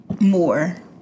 more